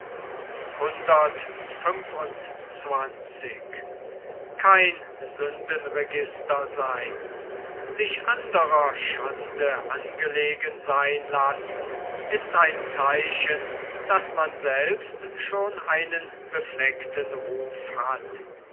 sich andrer schande angelegen seyn lassen ist ein zeichen daß man selbst schon einen befleckten ruf hat